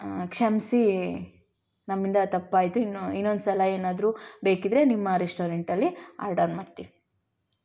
ಕ್ಷಮಿಸಿ ನಮ್ಮಿಂದ ತಪ್ಪಾಯಿತು ಇನ್ನು ಇನ್ನೊಂದು ಸಲ ಏನಾದ್ರೂ ಬೇಕಿದ್ದರೆ ನಿಮ್ಮ ರೆಸ್ಟೋರೆಂಟಲ್ಲಿ ಆರ್ಡರ್ ಮಾಡ್ತೀವಿ